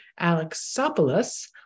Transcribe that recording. Alexopoulos